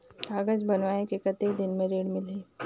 कागज बनवाय के कतेक दिन मे ऋण मिलही?